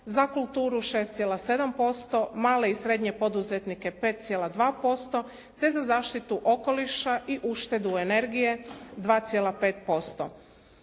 za kulturu 6,7%, male i srednje poduzetnike 5,2% te za zaštitu okoliša i uštedu energije 2,5%.